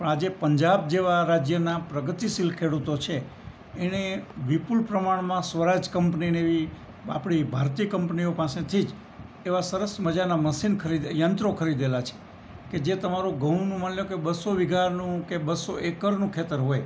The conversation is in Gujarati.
પણ આજે પંજાબ જેવાં રાજ્યનાં પ્રગતિશીલ ખેડૂતો છે એણે વિપુલ પ્રમાણમાં સ્વરાજ કંપનીને એવી આપણી ભારતીય કંપનીઓ પાસેથી જ એવાં સરસ મજાનાં મસીન ખરીદ યંત્રો ખરીદેલાં છે કે જે તમારું ઘઉનું માની લો કે બસો વિઘાનું કે બસો એકરનું ખેતર હોય